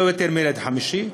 לא יותר מהילד החמישי.